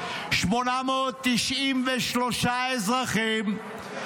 893 אזרחים,